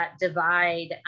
divide